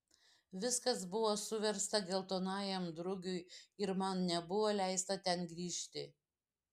viskas buvo suversta geltonajam drugiui ir man nebuvo leista ten grįžti